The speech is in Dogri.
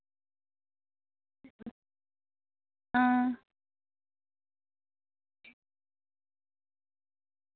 आं